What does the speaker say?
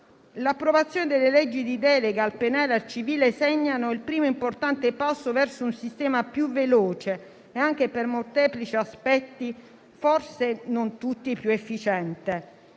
L'approvazione delle leggi di delega al penale e al civile segnano il primo importante passo verso un sistema più veloce e anche per molteplici aspetti, forse non tutti, più efficiente.